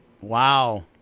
Wow